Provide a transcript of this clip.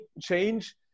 change